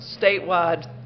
statewide